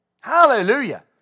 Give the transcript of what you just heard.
Hallelujah